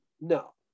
no